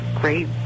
great